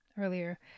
earlier